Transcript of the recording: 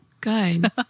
Good